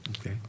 okay